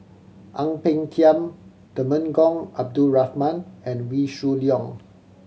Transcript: Ang Peng Tiam Temenggong Abdul Rahman and Wee Shoo Leong